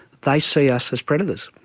they see us as predators.